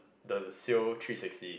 the sail three sixty